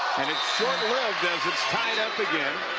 short-lived as it is tied up again.